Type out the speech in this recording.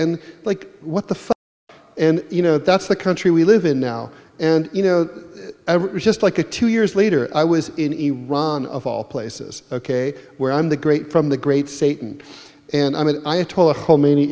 and like what the fuck and you know that's the country we live in now and you know just like a two years later i was in iran of all places ok where i'm the great from the great satan and i'm an ayatollah khomeini